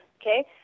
okay